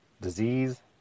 Disease